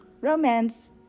romance